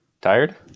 tired